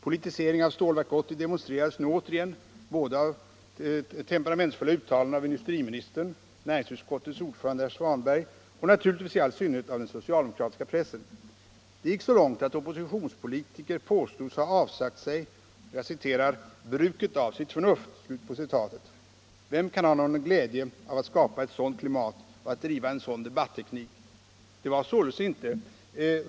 Politiseringen av Stålverk 80 demonstrerades nu återigen av temperamentsfulla uttalanden av industriministern, näringsutskottets ordförande herr Svanberg och naturligtvis i all synnerhet av den socialdemokratiska pressen. Det gick så långt att oppositionspolitiker påstods ha avsagt sig ”bruket av sitt förnuft”. Vem kan ha någon glädje av att skapa ett sådant klimat och driva en sådan debatteknik?